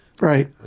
Right